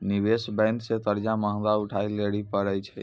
निवेश बेंक से कर्जा महगा उठाय लेली परै छै